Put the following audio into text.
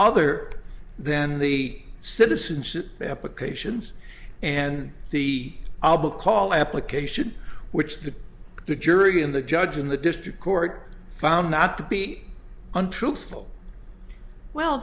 other than the citizen ship applications and the album called application which to the jury in the judge in the district court found not to be untruthful well